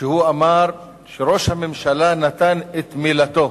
הוא אמר שראש הממשלה נתן את מילתו,